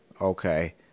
Okay